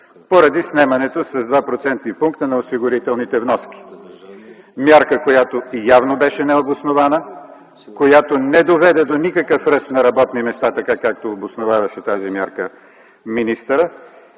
поради снемането с 2% на осигурителните вноски – мярка, която явно беше необоснована, която не доведе до никакъв ръст на работни места, както обосноваваше тази мярка министърът,